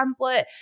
template